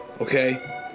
okay